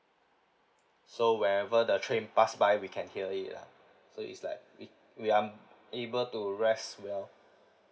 so whenever the train pass by we can hear it lah so it's like we we're unable to rest well